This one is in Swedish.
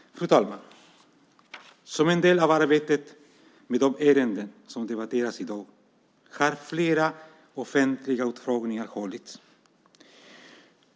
Fru talman! Som en del av arbetet med de ärenden som debatteras i dag har flera offentliga utfrågningar hållits.